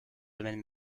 domaine